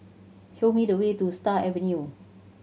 show me the way to Star Avenue